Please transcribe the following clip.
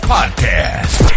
Podcast